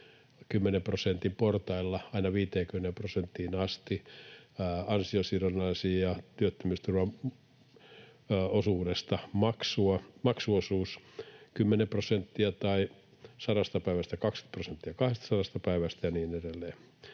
10 prosentin portailla aina 50 prosenttiin asti ansiosidonnaisiin ja työttömyysturvaosuudesta maksuosuus 10 prosenttia, tai sadasta päivästä 20 prosenttia 200 päivästä, ja niin edelleen.